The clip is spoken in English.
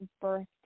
birthday